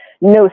no